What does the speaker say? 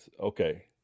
Okay